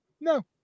No